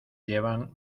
llevan